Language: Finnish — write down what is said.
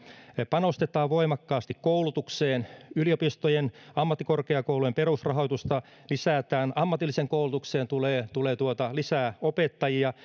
panostetaan voimakkaasti koulutukseen yliopistojen ammattikorkeakoulujen perusrahoitusta lisätään ammatilliseen koulutukseen tulee tulee lisää opettajia